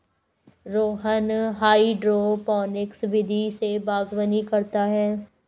Rohan hydroponics विधि से बागवानी करता है